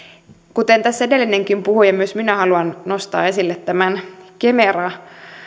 kuten tässä edellinenkin puhuja myös minä haluan nostaa esille tämän kemera